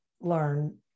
learn